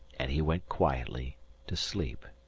and he went quietly to sleep.